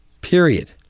Period